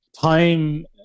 time